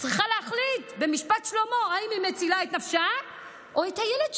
צריכה להחליט במשפט שלמה אם היא מצילה את נפשה או את הילד שלה,